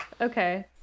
Okay